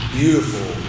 beautiful